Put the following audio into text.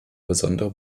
besondere